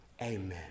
amen